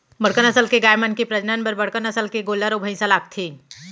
बड़का नसल के गाय मन के प्रजनन बर बड़का नसल के गोल्लर अउ भईंसा लागथे